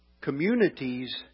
communities